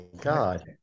God